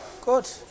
Good